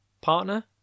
partner